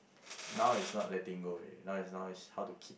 now is not letting go already now is now is how to keep